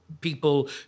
People